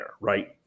right